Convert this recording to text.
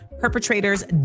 perpetrators